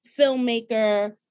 filmmaker